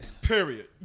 Period